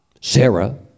Sarah